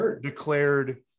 declared